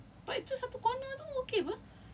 like I don't even know how people study in tampines hub